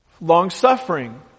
Long-suffering